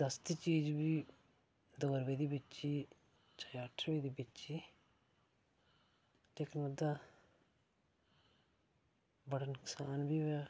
दस दी चीज बी दो रपेऽ दी बेची चाहे अट्ठ रपेऽ दी बेची लेकिन ओह्दा बड़ा नुकसान बी होएआ